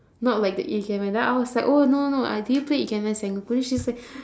not like the ikemen then I was like oh no no no uh do you play ikemen sengoku then she was like